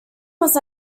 was